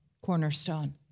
cornerstone